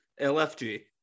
LFG